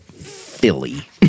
Philly